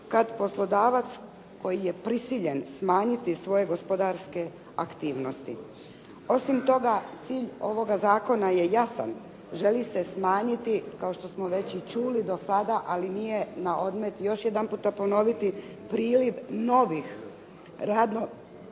kad poslodavac koji je prisiljen smanjiti svoje gospodarske aktivnosti. Osim toga, cilj ovoga zakona je jasan. Želi se smanjiti, kao što smo već i čuli do sada, ali nije na odmet još jedanputa ponoviti, priliv novih radno